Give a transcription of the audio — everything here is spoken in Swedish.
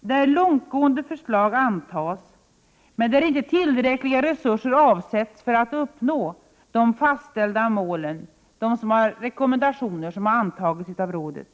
där långtgående förslag antas men där inte tillräckliga resurser avsätts för att uppnå de fastställda målen, de rekommendationer som har antagits av rådet.